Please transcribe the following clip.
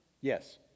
Yes